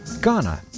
Ghana